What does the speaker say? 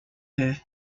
her